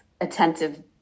attentive